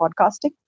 podcasting